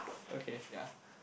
okay yeah